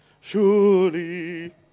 surely